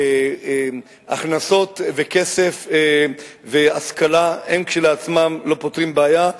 הכנסות וכסף והשכלה הם כשלעצמם לא פותרים בעיה.